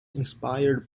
inspired